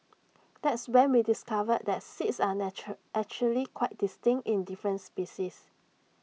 that's when we discovered that seeds are actually quite distinct in different species